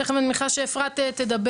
תיכף אני מניחה שאפרת תדבר.